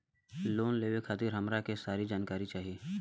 Loan लेवे खातीर हमरा के सारी जानकारी चाही?